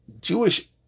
Jewish